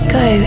go